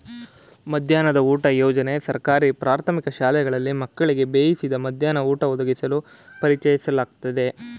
ಮಧ್ಯಾಹ್ನದ ಊಟ ಯೋಜನೆ ಸರ್ಕಾರಿ ಪ್ರಾಥಮಿಕ ಶಾಲೆಗಳಲ್ಲಿ ಮಕ್ಕಳಿಗೆ ಬೇಯಿಸಿದ ಮಧ್ಯಾಹ್ನ ಊಟ ಒದಗಿಸಲು ಪರಿಚಯಿಸ್ಲಾಗಯ್ತೆ